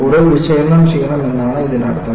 കൂടുതൽ വിശകലനം ചെയ്യണം എന്നാണ് ഇതിനർത്ഥം